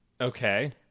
Okay